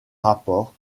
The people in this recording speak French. rapports